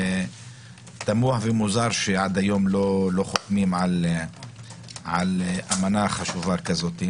תמוה ומוזר שעד היום לא חתמו על אמנה חשובה כזאת,